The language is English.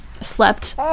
slept